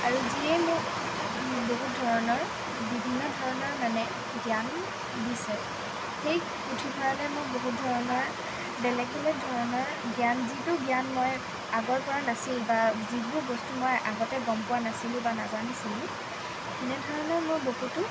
আৰু যিয়ে মোক বহুত ধৰণৰ বিভিন্ন ধৰণৰ মানে জ্ঞান দিছে সেই পুথিভঁৰালে মোক বহুত ধৰণৰ বেলেগ বেলেগ ধৰণৰ জ্ঞান যিটো জ্ঞান মই আগৰ পৰা নাছিল বা যিবোৰ বস্তু মই আগতে গম পোৱা নাছিলো বা নাজানিছিলো তেনে ধৰণৰ মই বহুতো